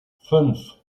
fünf